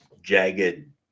jagged